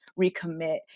recommit